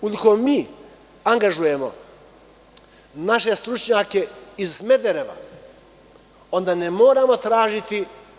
Ukoliko mi angažujemo naše stručnjake iz Smedereva, onda ne moramo tražiti…